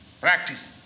Practice